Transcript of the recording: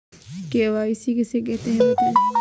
KYC किसे कहते हैं बताएँ?